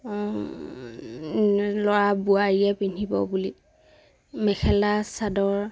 ল'ৰা বোৱাৰীয়ে পিন্ধিব বুলি মেখেলা চাদৰ